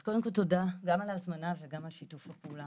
אז קודם כל תודה גם על ההזמנה וגם על שיתוף הפעולה,